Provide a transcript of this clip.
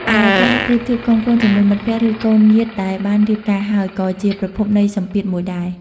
ឯការប្រៀបធៀបកូនៗជាមួយមិត្តភក្តិ ឬកូនញាតិដែលបានរៀបការហើយ ក៏ជាប្រភពនៃសម្ពាធមួយដែរ ។